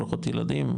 ברוכות ילדים,